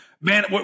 Man